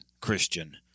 Christian